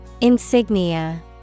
Insignia